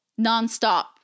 nonstop